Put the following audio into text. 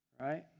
right